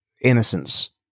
innocence